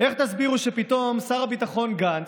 איך תסבירו שפתאום שר הביטחון גנץ,